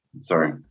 Sorry